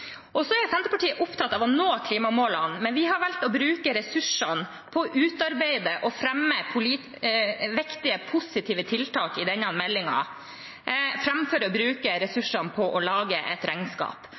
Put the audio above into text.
er opptatt av å nå klimamålene, men vi har valgt å bruke ressursene på å utarbeide og fremme viktige positive tiltak i forbindelse med denne meldingen, framfor å bruke